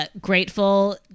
grateful